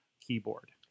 keyboard